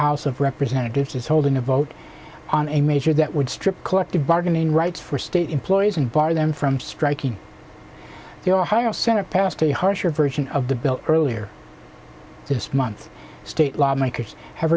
house of representatives is holding a vote on a major that would strip collective bargaining rights for state employees and bar them from striking the ohio senate passed a harsher version of the bill earlier this month state lawmakers have